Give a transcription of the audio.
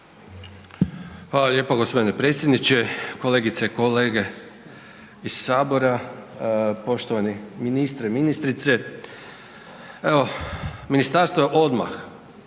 Hvala lijepo g. predsjedniče, kolegice i kolege iz sabora, poštovani ministre i ministrice. Evo ministarstvo odmah